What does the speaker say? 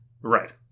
Right